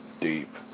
deep